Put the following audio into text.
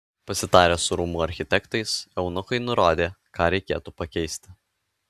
pasitarę su rūmų architektais eunuchai nurodė ką reikėtų pakeisti